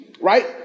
right